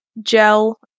gel